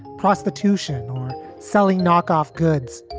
prostitution or selling knockoff goods.